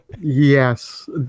Yes